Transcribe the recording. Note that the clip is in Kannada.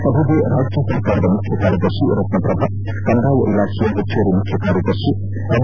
ಸಭೆಗೆ ರಾಜ್ಯ ಸರ್ಕಾರದ ಮುಖ್ಯ ಕಾರ್ಯದರ್ತಿ ರತ್ನಪ್ರಭಾ ಕಂದಾಯ ಇಲಾಖೆಯ ಪೆಚ್ಚುವರಿ ಮುಖ್ಯ ಕಾರ್ಯದರ್ತಿ ಎಂ